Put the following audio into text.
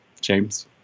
James